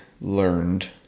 learned